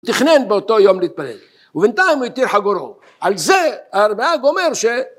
תכנן באותו יום להתפלל ובינתיים התיר חגורו על זה הרלב"ג אומר